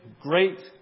great